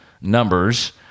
numbers